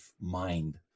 mind